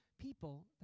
people